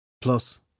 Plus